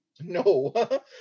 No